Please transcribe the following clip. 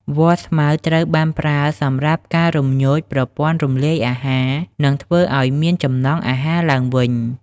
វល្លិស្មៅ ត្រូវបានប្រើសម្រាប់ការរំញោចប្រព័ន្ធរំលាយអាហារ និងធ្វើអោយមានចំណង់អាហារឡើងវិញ។